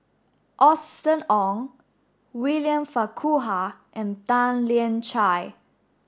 Austen Ong William Farquhar and Tan Lian Chye